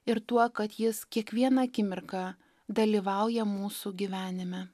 ir tuo kad jis kiekvieną akimirką dalyvauja mūsų gyvenime